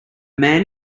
man